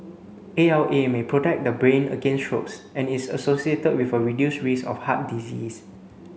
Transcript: A L A may protect the brain against strokes and is associated with a reduced risk of heart disease